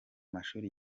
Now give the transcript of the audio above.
mashuri